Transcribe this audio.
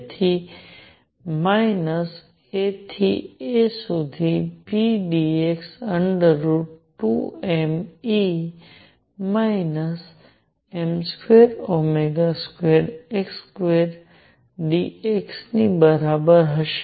તેથી minus A થી A સુધી p dx √ dx ની બરાબર હશે